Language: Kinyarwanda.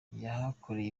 yahakoreye